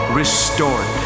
restored